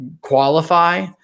qualify